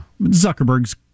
Zuckerberg's